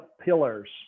pillars